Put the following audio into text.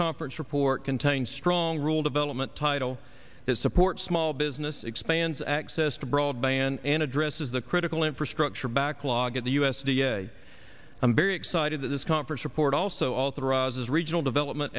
conference report contains strong rule development title is support small business expands access to broadband and addresses the critical infrastructure backlog at the u s d a i'm very excited that this conference report also authorizes regional development